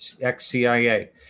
ex-CIA